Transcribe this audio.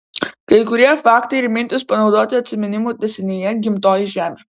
kai kurie faktai ir mintys panaudoti atsiminimų tęsinyje gimtoji žemė